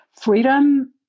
Freedom